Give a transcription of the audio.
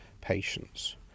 patients